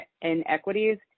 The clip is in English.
inequities